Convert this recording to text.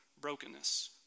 brokenness